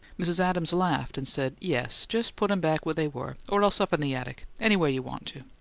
mrs. adams laughed and said, yes. just put em back where they were or else up in the attic anywhere you want to.